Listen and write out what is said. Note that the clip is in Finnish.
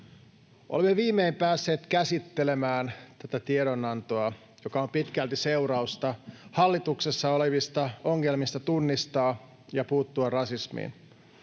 Olemme viimein päässeet käsittelemään tätä tiedonantoa, joka on pitkälti seurausta hallituksessa olevista ongelmista tunnistaa rasismi